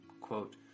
quote